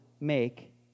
make